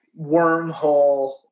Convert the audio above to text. wormhole